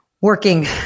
working